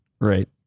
Right